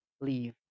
leave